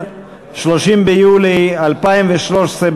30 ביולי 2013,